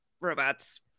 robots